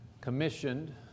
Commissioned